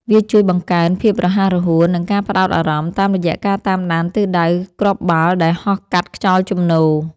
វាជួយបង្កើន ភាពរហ័សរហួន និងការផ្ដោតអារម្មណ៍ តាមរយៈការតាមដានទិសដៅគ្រាប់បាល់ដែលហោះកាត់ខ្យល់ជំនោរ។